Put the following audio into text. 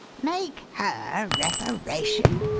make her reparation!